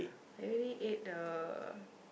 I already ate the